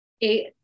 Eight